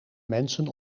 mensen